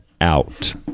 out